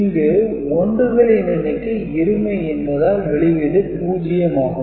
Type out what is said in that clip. இங்கு 1 களின் எண்ணிக்கை இருமை என்பதால் வெளியீடு 0 ஆகும்